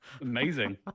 amazing